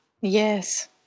Yes